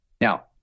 now